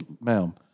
ma'am